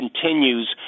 continues